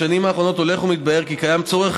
בשנים האחרונות הולך ומתבהר כי קיים צורך